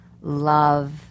love